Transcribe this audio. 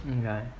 okay